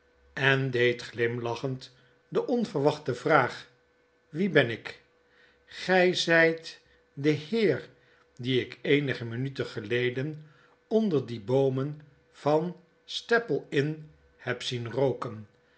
en deed glimlachend de onverwachte vraag wie ben ik gg zgt de heer dien ik eenige minuten geleden onder die boomen van staple inn heb zien rooken